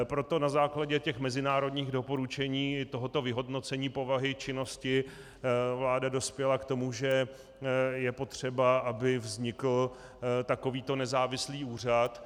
Proto na základě mezinárodních doporučení tohoto vyhodnocení povahy činnosti vláda dospěla k tomu, že je potřeba, aby vznikl takovýto nezávislý úřad.